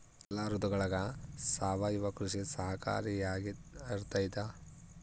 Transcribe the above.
ಎಲ್ಲ ಋತುಗಳಗ ಸಾವಯವ ಕೃಷಿ ಸಹಕಾರಿಯಾಗಿರ್ತೈತಾ?